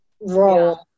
role